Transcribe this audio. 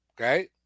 okay